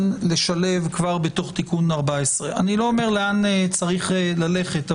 לשלב בתוך תיקון 14. אני לא אומר לאן צריך ללכת.